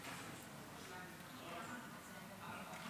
לרשותך 15